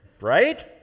Right